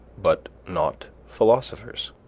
but not philosophers.